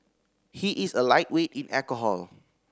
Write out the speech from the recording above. he is a lightweight in alcohol